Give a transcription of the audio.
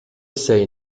say